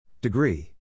Degree